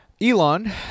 Elon